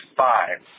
five